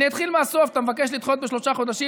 אז אני אתחיל מהסוף: אתה מבקש לדחות בשלושה חודשים?